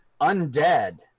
undead